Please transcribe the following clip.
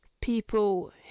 people